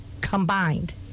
combined